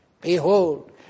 Behold